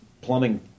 plumbing